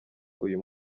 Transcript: uyu